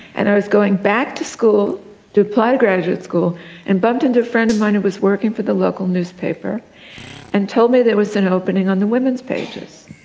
and i was going back to school to apply to graduate school and bumped into a friend of mine who was working for the local newspaper and told me there was an opening on the women's pages.